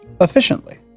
efficiently